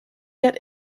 yet